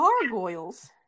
gargoyles